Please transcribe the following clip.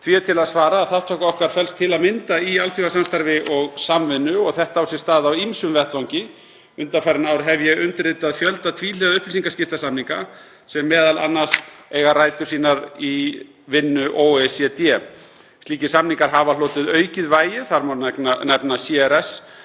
Því er til að svara að þátttaka okkar felst til að mynda í alþjóðasamstarfi og samvinnu. Þetta á sér stað á ýmsum vettvangi, en undanfarin ár hef ég undirritað fjölda tvíhliða upplýsingaskiptasamninga sem m.a. eiga rætur sínar í vinnu OECD. Slíkir samningar hafa hlotið aukið vægi. Þar má nefna CRS,